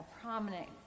prominent